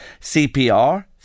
CPR